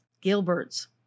Gilbert's